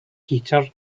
heater